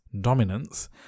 dominance